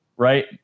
right